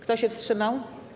Kto się wstrzymał?